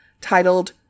titled